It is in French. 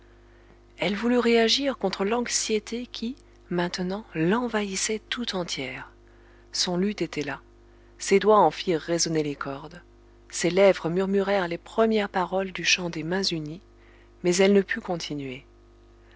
elle voulut réagir contre l'anxiété qui maintenant l'envahissait tout entière son luth était là ses doigts en firent résonner les cordes ses lèvres murmurèrent les premières paroles du chant des mains unies mais elle ne put continuer